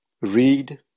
read